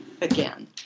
again